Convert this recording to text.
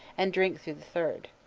and drink through the third.